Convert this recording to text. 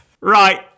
Right